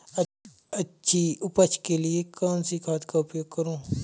अच्छी उपज के लिए कौनसी खाद का उपयोग करूं?